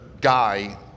guy